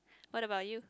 what about you